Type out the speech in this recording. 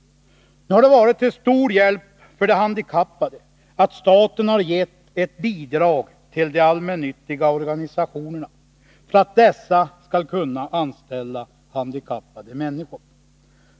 Nu har det varit till stor hjälp för de handikappade att staten har gett ett bidrag till de allmännyttiga organisationerna för att dessa skall kunna anställa handikappade människor.